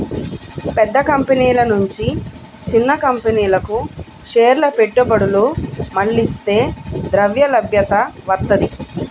పెద్ద కంపెనీల నుంచి చిన్న కంపెనీలకు షేర్ల పెట్టుబడులు మళ్లిస్తే ద్రవ్యలభ్యత వత్తది